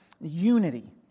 Unity